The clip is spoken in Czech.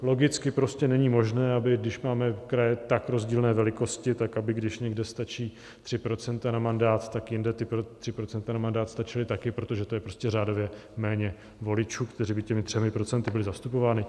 Logicky prostě není možné, aby když máme kraje tak rozdílné velikosti, tak aby když někde stačí 3 % na mandát, tak jinde ta 3 % na mandát stačila taky, protože to je prostě řádově méně voličů, kteří by těmi 3 % byli zastupováni.